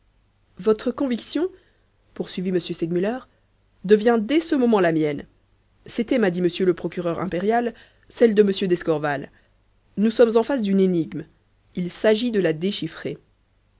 votre conviction poursuivit m segmuller devient dès ce moment la mienne c'était m'a dit monsieur le procureur impérial celle de m d'escorval nous sommes en face d'une énigme il s'agit de la déchiffrer